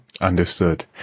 Understood